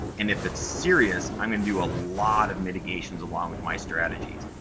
and if it's serious, i'm gonna do a lot of mitigation, along with my strategies.